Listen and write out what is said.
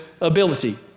ability